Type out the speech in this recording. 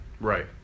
Right